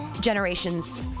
generations